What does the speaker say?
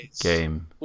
game